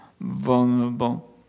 vulnerable